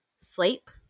sleep